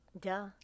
Duh